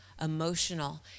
emotional